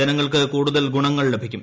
ജനങ്ങൾക്ക് കൂടുതൽ ഗുണങ്ങൾ ലഭിക്കും